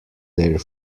their